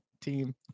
team